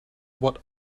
what